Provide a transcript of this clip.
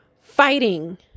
fighting